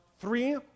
three